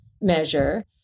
measure